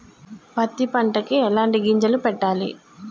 పత్తి పంటకి ఎలాంటి గింజలు పెట్టాలి?